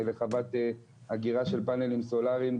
לחוות אגירה של פאנלים סולריים,